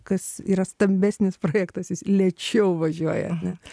kas yra stambesnis projektas jis lėčiau važiuoja ar ne